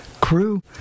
crew